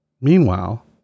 Meanwhile